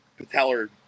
patellar